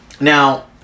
Now